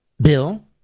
Bill